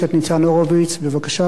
חמש דקות עומדות לרשותך.